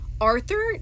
Arthur